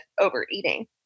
overeating